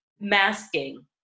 masking